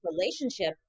relationship